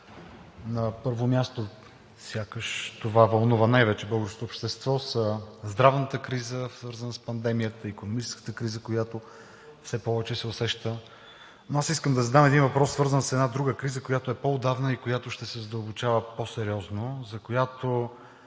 На първо място, сякаш това вълнува най-вече българското общество, са здравната криза, свързана с пандемията, икономическата криза, която все повече се усеща. Но аз искам да задам един въпрос, свързан с една друга криза, която е от по-отдавна, която ще се задълбочава по-сериозно и за която